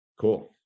Cool